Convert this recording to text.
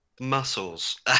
muscles